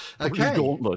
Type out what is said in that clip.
Okay